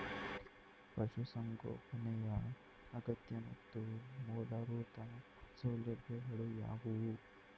ಪಶುಸಂಗೋಪನೆಯ ಅಗತ್ಯ ಮತ್ತು ಮೂಲಭೂತ ಸೌಲಭ್ಯಗಳು ಯಾವುವು?